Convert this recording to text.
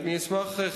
אני אשמח,